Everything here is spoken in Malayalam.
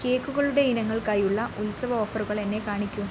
കേക്കുകളുടെ ഇനങ്ങൾക്കായുള്ള ഉത്സവ ഓഫറുകൾ എന്നെ കാണിക്കൂ